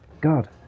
god